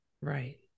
Right